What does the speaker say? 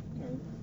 and